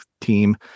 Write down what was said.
team